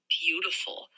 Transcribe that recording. beautiful